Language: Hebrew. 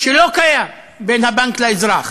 שלא קיים, בין הבנק לאזרח.